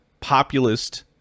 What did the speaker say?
populist